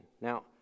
Now